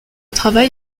travail